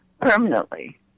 permanently